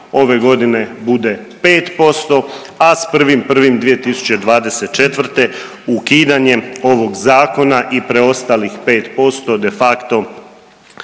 ove godine bude 5%, a s 1.1.2024. ukidanjem ovog zakona i preostalih 5% defacto